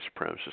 supremacists